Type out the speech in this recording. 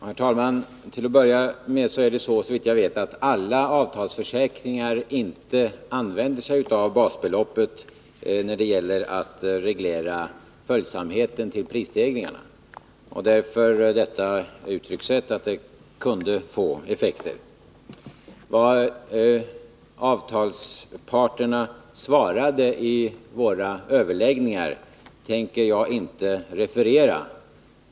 Herr talman! Såvitt jag vet används inte i alla avtalsförsäkringar basbeloppet när det gäller att reglera följsamheten till prisstegringarna. Det är anledningen till uttryckssättet att ett ändrat basbelopp ”kunde” få effekter. Vad avtalsparterna svarade i våra överläggningar tänker jag inte referera.